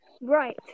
Right